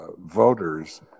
voters